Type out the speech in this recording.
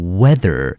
weather